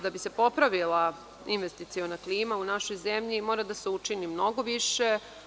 Da bi se popravila investiciona klima u našoj zemlji mora da se učini mnogo više.